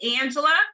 Angela